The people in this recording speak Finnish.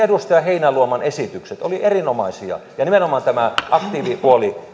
edustaja heinäluoman esitykset olivat erinomaisia ja nimenomaan tämä aktiivipuoli